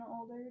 older